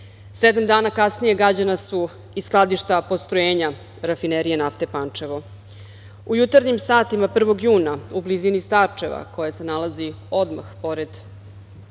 dana kasnije gađana su i skladišta postrojenja Rafinerije nafte Pančevo.U jutarnjim satima 1. juna, u blizini Starčeva koje se nalazi odmah pored